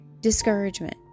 discouragement